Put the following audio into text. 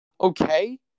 Okay